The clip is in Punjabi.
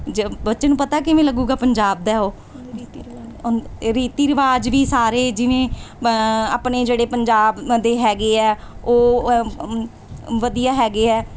ਜ ਬੱਚੇ ਨੂੰ ਪਤਾ ਕਿਵੇਂ ਲੱਗੇਗਾ ਪੰਜਾਬ ਦਾ ਉਹ ਰੀਤੀ ਰਿਵਾਜ਼ ਵੀ ਸਾਰੇ ਜਿਵੇਂ ਆਪਣੇ ਜਿਹੜੇ ਪੰਜਾਬ ਦੇ ਹੈਗੇ ਆ ਉਹ ਵਧੀਆ ਹੈਗੇ ਆ